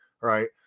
Right